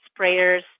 sprayers